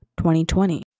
2020